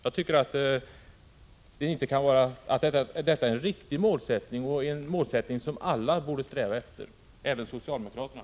Jag anser att detta är en riktig målsättning, en målsättning som alla borde sträva efter, även socialdemokraterna.